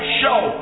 show